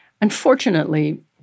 Unfortunately